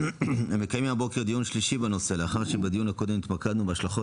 מקיימים הבוקר דיון שלישי בנושא לאחר שבדיון הקודם התמקדנו בהשלכות